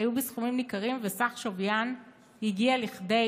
היו בסכומים ניכרים וסך שוויין הגיע לכדי